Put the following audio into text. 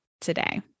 today